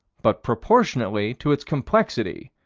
but proportionately to its complexity,